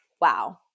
Wow